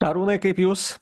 arūnai kaip jūs